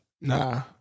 Nah